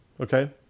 okay